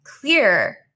clear